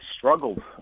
Struggled